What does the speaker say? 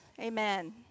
amen